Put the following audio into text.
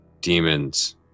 demons